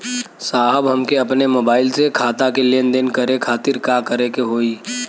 साहब हमके अपने मोबाइल से खाता के लेनदेन करे खातिर का करे के होई?